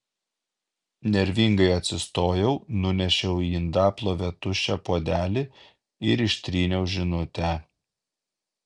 nervingai atsistojau nunešiau į indaplovę tuščią puodelį ir ištryniau žinutę